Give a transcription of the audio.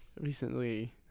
recently